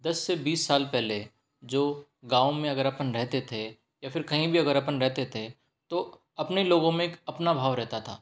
दस से बीस साल पहले जो गांव में अगर अपन रहते थे या फिर कहीं भी अगर अपन रहते थे तो अपने लोगों में एक अपना भाव रहता था